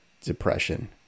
depression